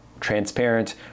transparent